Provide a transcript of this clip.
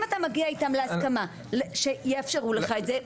אם אתה מגיע איתם להסכמה שהם יאפשרו לך את זה.